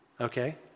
okay